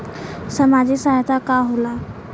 सामाजिक सहायता का होला?